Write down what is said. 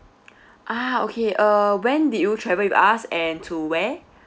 ah okay uh when did you travel with us and to where